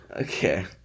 Okay